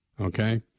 Okay